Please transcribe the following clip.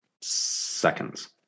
seconds